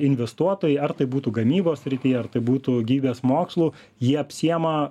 investuotojai ar tai būtų gamybos srity ar tai būtų gyvybės mokslų jie apsiėma